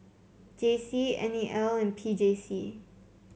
J C N E L and P J C